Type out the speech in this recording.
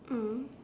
mm